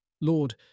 Lord